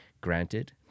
Granted